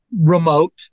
remote